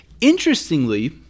Interestingly